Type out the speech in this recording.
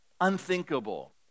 unthinkable